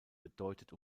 bedeutet